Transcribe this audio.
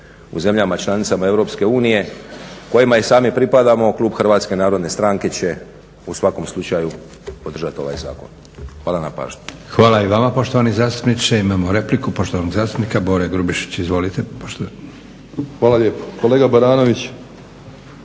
Hvala i vama poštovani zastupniče. Imamo repliku, poštovanog zastupnika Bore Grubišića. Izvolite. **Grubišić, Boro